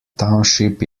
township